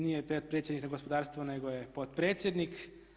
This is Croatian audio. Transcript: Nije predsjednik za gospodarstvo, nego je potpredsjednik.